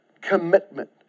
commitment